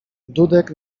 dudek